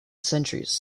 centuries